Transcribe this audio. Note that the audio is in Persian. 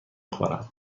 خورم